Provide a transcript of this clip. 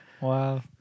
Wow